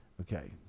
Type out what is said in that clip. Okay